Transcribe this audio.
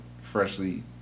freshly